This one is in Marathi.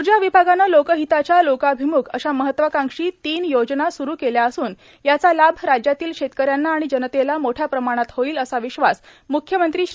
ऊर्जा विभागाने लोकहिताच्या लोकाभिमुख अशा महत्वाकांक्षी तीन योजना सुरु केल्या असून याचा लाभ राज्यातील शेतकऱ्यांना आणि जनतेला मोठ्या प्रमाणात होईल असा विश्वास म्ख्यमंत्री श्री